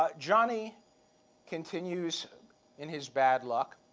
ah johnny continues in his bad luck.